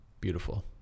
Beautiful